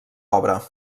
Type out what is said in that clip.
obra